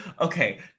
okay